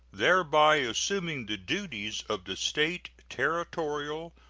thereby assuming the duties of the state, territorial,